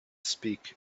speak